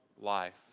life